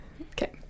okay